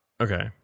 Okay